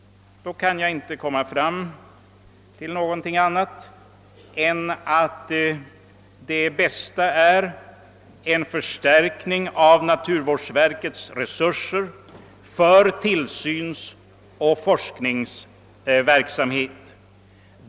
Då kan jag inte komma fram till något annat än att det bästa är en förstärkning av naturvårdsverkets resurser för tillsynsoch forskningsverksamhet.